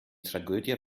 tragödie